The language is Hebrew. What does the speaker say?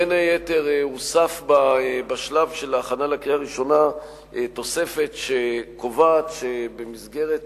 בין היתר הוספה בשלב של ההכנה לקריאה ראשונה תוספת שקובעת שבמסגרת